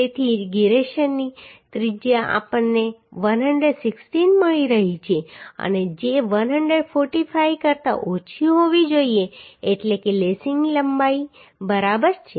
તેથી જીરેશનની ત્રિજ્યા આપણને 116 મળી રહી છે અને જે 145 કરતા ઓછી હોવી જોઈએ એટલે કે લેસિંગ લંબાઈ બરાબર છે